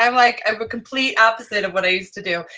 um like, a but complete opposite of what i used to do.